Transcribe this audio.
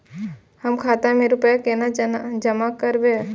हम खाता में रूपया केना जमा करबे?